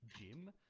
gym